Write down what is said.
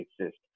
exist